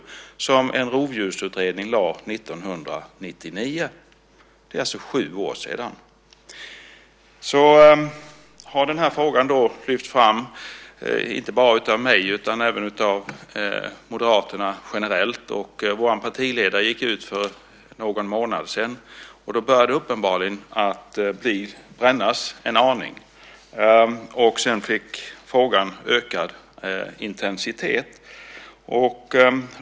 Det lades fram av en rovdjursutredning 1999. Det är alltså sju år sedan. Den här frågan har lyfts fram inte bara av mig utan även av Moderaterna generellt, och vår partiledare gick för någon månad sedan ut i fråga om detta. Då började det uppenbarligen att brännas en aning. Och sedan fick frågan ökad intensitet.